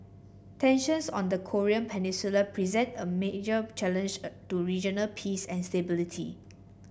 tensions on the Korean Peninsula present a major challenge a to regional peace and stability